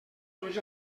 tots